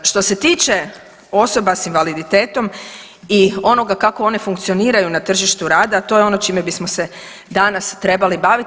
Što se tiče osoba s invaliditetom i onoga kako one funkcioniraju na tržištu rada to je ono čime bismo se danas trebali baviti.